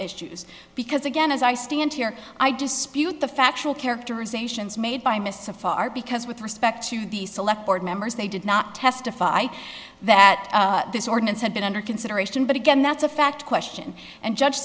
issues because again as i stand here i dispute the factual characterizations made by mists of far because with respect to the select board members they did not testify that this ordinance had been under consideration but again that's a fact question and judge